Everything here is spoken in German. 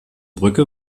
brücke